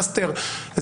מאסטר,